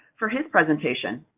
for his presentation.